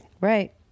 Right